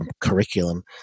curriculum